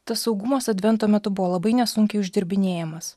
tas saugumas advento metu buvo labai nesunkiai uždirbinėjamas